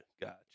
gotcha